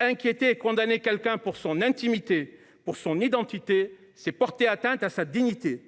Inquiéter et condamner quelqu’un pour son intimité, pour son identité, c’est porter atteinte à sa dignité.